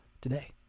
today